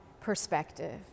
perspective